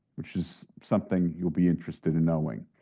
which is something you'll be interested in knowing.